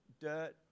dirt